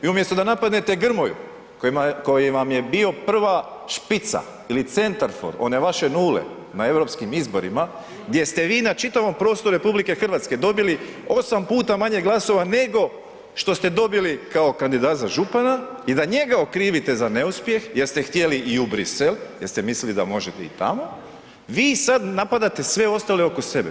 I umjesto da napadnete Grmoju koji vam je bio prva špica ili centarfor one vaše nule na Europskim izborima gdje ste vi na čitavom prostoru RH dobili 8 puta manje glasova nego što ste dobili kao kandidat za župana i da njega okrivite za neuspjeh jer ste htjeli i u Bruxelles jer ste mislili da možete i tamo, vi sad napadate sve ostale oko sebe.